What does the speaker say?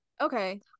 Okay